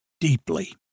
deeply